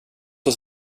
oss